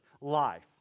life